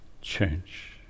change